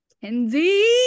Kenzie